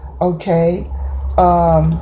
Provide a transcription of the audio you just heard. Okay